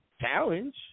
challenge